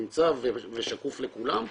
נמצא ושקוף לכולם.